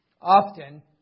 often